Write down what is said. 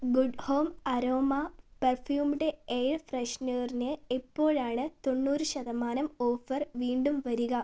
good home aroma perfumed air ഫ്രഷ്നറിന് എപ്പോഴാണ് തൊണ്ണൂറ് ശതമാനം ഓഫർ വീണ്ടും വരിക